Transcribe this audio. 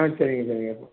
ஆ சரிங்க சரிங்க